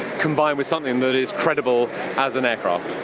combined with something that is credible as an aircraft.